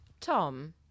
Tom